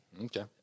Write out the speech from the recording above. Okay